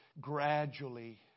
gradually